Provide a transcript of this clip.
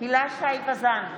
הילה שי וזאן,